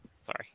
Sorry